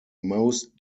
most